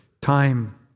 time